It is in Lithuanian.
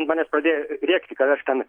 ant manęs pradėjo rėkti kad aš ten